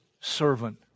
servant